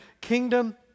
kingdom